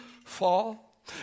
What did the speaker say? fall